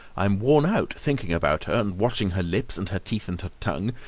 i'm worn out, thinking about her, and watching her lips and her teeth and her tongue,